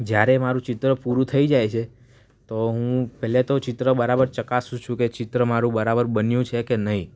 જ્યારે મારૂં ચિત્ર પૂરું થઈ જાય છે તો હું પહેલે તો ચિત્ર બરાબર ચકાસું છું કે ચિત્ર મારૂં બરાબર બન્યું છે કે નહીં